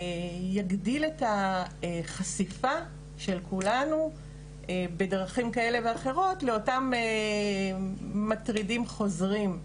יגדיל את החשיפה של כולנו בדרכים כאלה ואחרות לאותם מטרידים חוזרים.